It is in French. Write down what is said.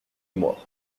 mémoire